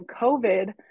COVID